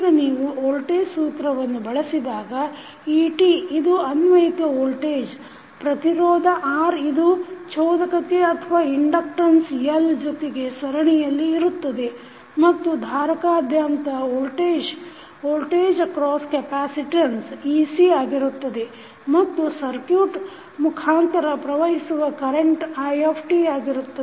ಈಗ ನೀವು ವೋಲ್ಟೇಜ್ ಸೂತ್ರವನ್ನು ಬಳಸಿದಾಗ et ಇದು ಅನ್ವಯಿತ ವೋಲ್ಟೇಜ್ ಪ್ರತಿರೋಧ R ಇದು ಚೋದಕತೆ L ಜೊತೆಗೆ ಸರಣಿಯಲ್ಲಿ ಇರುತ್ತದೆ ಮತ್ತು ಧಾರಕದಾದ್ಯಾಂತ ವೋಲ್ಟೇಜ್ ec ಆಗಿರುತ್ತದೆ ಮತ್ತು ಸರ್ಕುಟ್ ಮುಖಾಂತರ ಪ್ರವಹಿಸುವ ಕೆರೆಂಟ್ i ಆಗಿರುತ್ತದೆ